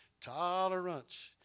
Tolerance